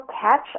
catch